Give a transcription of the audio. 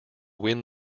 win